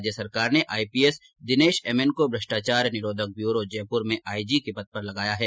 राज्य सरकार ने आईपीएस दिनेश एमएन को भ्रष्टाचार निरोधक ब्यूरो जयपुर में आईजी के पद पर लगाया है